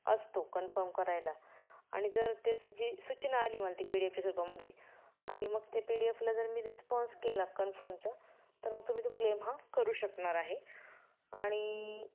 असतो कन्फर्म करायला आणि जर त्याची जी सूचना आली मला ती पी डी एफच्या स्वरूपामध्ये आणि मग ते पी डी एफला जर मी रिस्पॉन्स केला कन्फर्मचा तर मग तुम्ही तो क्लेम हा करू शकणार आहे आणि